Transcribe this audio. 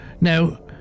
Now